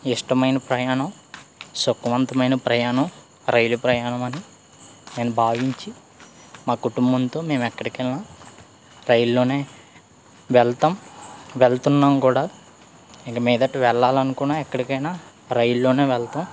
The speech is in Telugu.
ఇష్టమైన ప్రయాణం సుఖవంతమైన ప్రయాణం రైలు ప్రయాణం అని నేను భావించి మా కుటుంబంతో మేము ఎక్కడికి వెళ్ళిన రైలులో వెళతాం వెళ్తున్నాం కూడా ఇక మీదట వెళ్ళాలి అనుకున్న ఎక్కడికైనా రైలులో వెళతాం